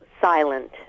silent